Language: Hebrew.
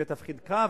זה תפקידך,